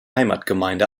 heimatgemeinde